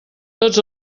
tots